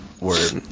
Word